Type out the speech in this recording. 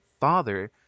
Father